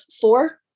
four